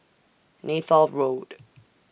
Neythal Road